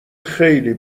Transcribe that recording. خیلی